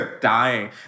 dying